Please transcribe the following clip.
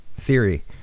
theory